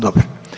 Dobro.